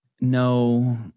No